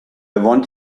want